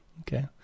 Okay